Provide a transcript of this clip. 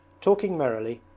talking merrily,